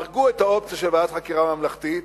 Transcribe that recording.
הרגו את האופציה של ועדת חקירה ממלכתית.